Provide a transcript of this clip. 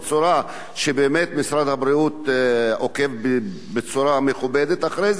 ובאמת משרד הבריאות עוקב בצורה מכובדת אחרי זה.